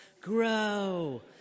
grow